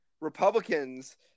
republicans